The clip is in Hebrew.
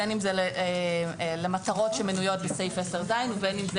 בין אם זה למטרות שמנויות בסעיף 10ז ובין אם זה